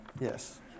Yes